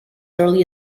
early